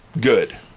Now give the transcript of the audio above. good